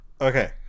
Okay